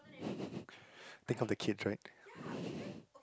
then come the kids right